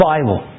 Bible